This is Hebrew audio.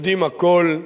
יודעים הכול,